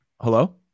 Hello